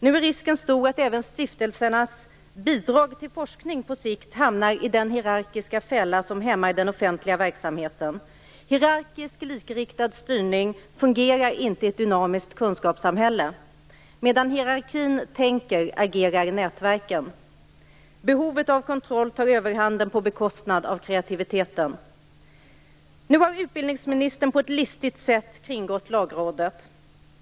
Nu är risken stor att även stiftelsernas bidrag till forskning på sikt hamnar i den hierarkiska fälla som hämmar den offentliga verksamheten. Hierarkisk, likriktad styrning fungerar inte i ett dynamiskt kunskapssamhälle. Medan hierarkin tänker agerar nätverken. Behovet av kontroll tar överhanden på bekostnad av kreativiteten. Nu har utbildningsministern på ett listigt sätt kringgått Lagrådet.